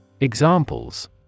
Examples